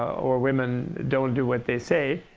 or women, don't do what they say.